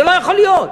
זה לא יכול להיות.